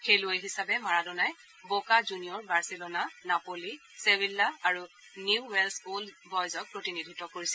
খেলুৱৈ হিচাপে মাৰাডোনাই Boca Junior Barcelona Napoli Sevilla আৰু নিউৱেলছ অল্ড বয়জক প্ৰতিনিধিত্ব কৰিছে